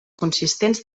consistents